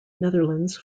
netherlands